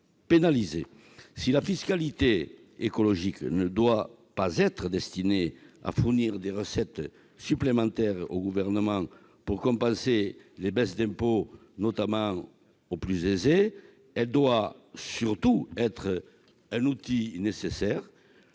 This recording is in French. pénalisés. Si la fiscalité écologique ne doit pas être destinée à fournir des recettes supplémentaires au Gouvernement pour compenser les baisses d'impôts, notamment aux plus aisés, elle doit surtout être un outil nécessaire